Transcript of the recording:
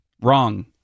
wrong